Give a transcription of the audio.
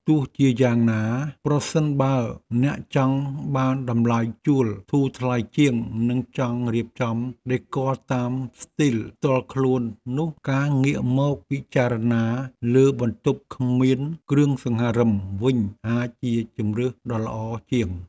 ទោះជាយ៉ាងណា ប្រសិនបើអ្នកចង់បានតម្លៃជួលធូរថ្លៃជាង និងចង់រៀបចំដេគ័រតាមស្ទីលផ្ទាល់ខ្លួននោះ ការងាកមកពិចារណាលើបន្ទប់គ្មានគ្រឿងសង្ហារិមវិញ អាចជាជម្រើសដ៏ល្អជាង។